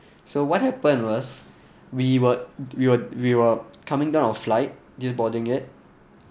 so what happened was we were we were we were coming down our flight still boarding it